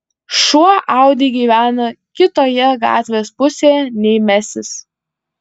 šuo audi gyvena kitoje gatvės pusėje nei mesis